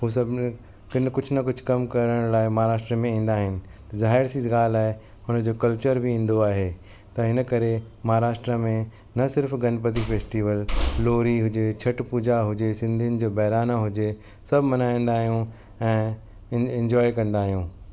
हो सभु न कुझु न कुझु कमु करण लाइ महाराष्ट्र में ईंदा आहिनि त ज़ाहिर सी ॻाल्हि आहे हुन जो कल्चर बि ईंदो आहे त इन करे महाराष्ट्र में न सिर्फ गणपती फेस्टीवल लोहड़ी हुजे छठि पूजा हुजे सिंधियुनि जो बहिराणो हुजे सभु मल्हाईंदा आहियूं ऐं इंजाए कंदा आहियूं